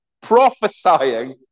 prophesying